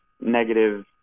negative